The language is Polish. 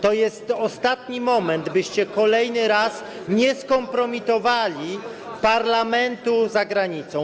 To jest ostatni moment, byście kolejny raz nie skompromitowali parlamentu za granicą.